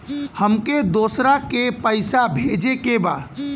हमके दोसरा के पैसा भेजे के बा?